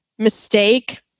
Mistake